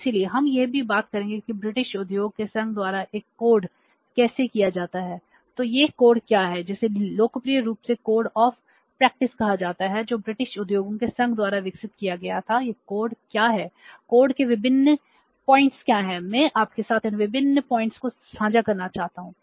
इसलिए हम यह भी बात करेंगे कि ब्रिटिश उद्योगों के संघ द्वारा यह कोड क्या है कोड के विभिन्न बिंदु क्या हैं मैं आपके साथ इन विभिन्न बिंदुओं को साझा करना चाहता हूं